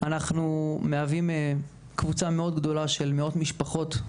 אנחנו מהווים קבוצה מאוד גדולה של מאות משפחות,